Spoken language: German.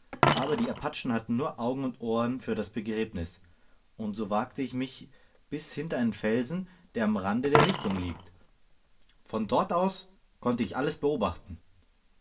aber die apachen hatten nur augen und ohren für das begräbnis und so wagte ich mich bis hinter einen felsen der am rande der lichtung liegt von dort aus konnte ich alles beobachten